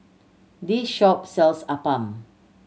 this shop sells Appam